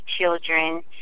children